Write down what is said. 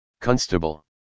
constable